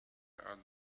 out